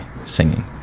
singing